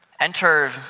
Enter